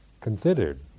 considered